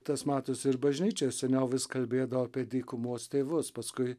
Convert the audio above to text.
tas matosi ir bažnyčioj seniau vis kalbėdavo apie dykumos tėvus paskui